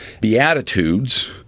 Beatitudes